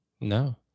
No